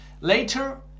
later